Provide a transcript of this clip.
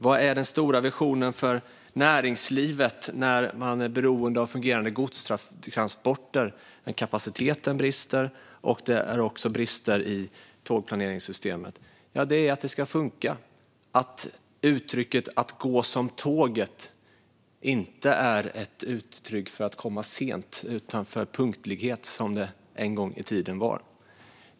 Vad är den stora visionen för näringslivet, som är beroende av fungerande godstransporter, när det är brister i kapaciteten och tågplaneringssystemet? Ja, det är att det ska funka och att uttrycket "att gå som tåget" inte ska vara ett uttryck för att komma sent utan för punktlighet, som det en gång i tiden var.